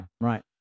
right